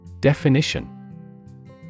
Definition